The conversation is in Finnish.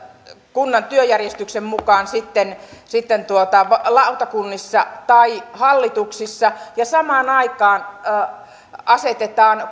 kunnan työjärjestyksen mukaan sitten sitten lautakunnissa tai hallituksissa ja samaan aikaan asetetaan